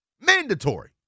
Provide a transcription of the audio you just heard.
Mandatory